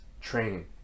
training